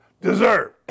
deserve